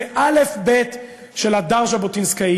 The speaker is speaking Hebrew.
זה אלף-בית של הדר ז'בוטינסקאי.